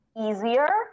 easier